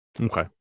Okay